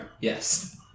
Yes